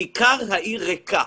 כיכר העיר ריקה.